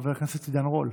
חבר הכנסת עידן רול.